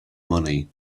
money